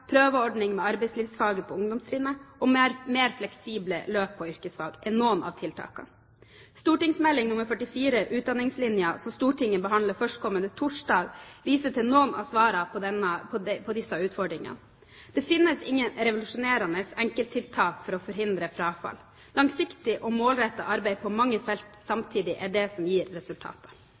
prøveordning med arbeidslivsfag på ungdomstrinnet og mer fleksible løp på yrkesfag er noen av tiltakene. St.meld. nr. 44 for 2008–2009, Utdanningslinja, som Stortinget behandler førstkommende torsdag, viser til noen av svarene på disse utfordringene. Det finnes ingen revolusjonerende enkelttiltak for å forhindre frafall. Langsiktig og målrettet arbeid på mange felt samtidig er det som gir resultater.